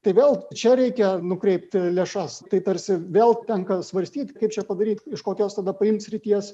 tai vėl čia reikia nukreipti lėšas tai tarsi vėl tenka svarstyti kaip čia padaryt iš kokios tada paimt srities